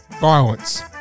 violence